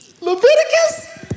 Leviticus